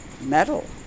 metal